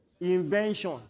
Invention